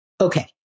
Okay